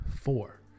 Four